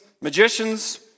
magicians